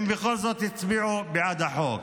הם בכל זאת הצביעו בעד החוק.